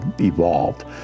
evolved